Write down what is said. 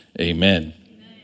amen